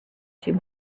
seem